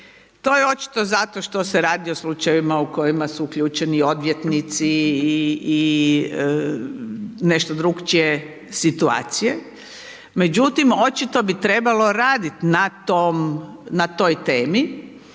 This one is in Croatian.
To je očito zato što se radi o slučajevima u kojima su uključeni odvjetnici i nešto drukčije situacije, međutim očito bi trebalo raditi na toj temi,